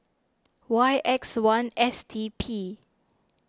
Y X one S T P